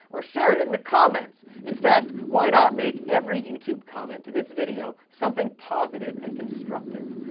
or share it in the comments! in fact, why not make every youtube comment to this video something positive and constructive?